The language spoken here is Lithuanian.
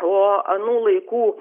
o anų laikų